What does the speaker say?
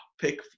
pick